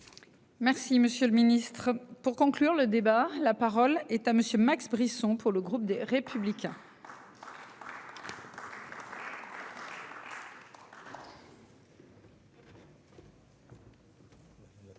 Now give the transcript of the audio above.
Merci, monsieur le Ministre pour conclure le débat. La parole est à monsieur Max Brisson. Pour le groupe des Républicains.